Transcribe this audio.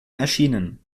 erschienen